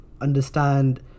understand